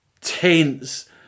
tense